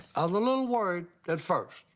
a little worried at first,